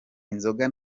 inzoga